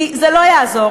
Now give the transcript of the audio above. כי זה לא יעזור,